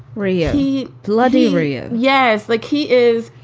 really bloody. really? yes. like he is.